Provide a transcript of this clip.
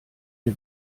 ihr